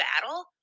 battle